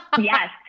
Yes